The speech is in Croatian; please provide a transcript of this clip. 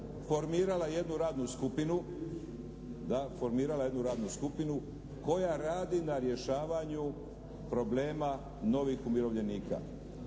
formirala jednu radnu skupinu koja radi na rješavanju problema novih umirovljenika.